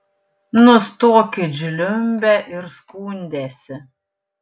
nustokit žliumbę ir skundęsi